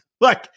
Look